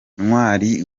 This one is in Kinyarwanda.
ntawari